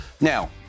Now